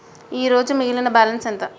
ఈరోజు మిగిలిన బ్యాలెన్స్ ఎంత?